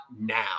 now